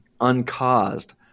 uncaused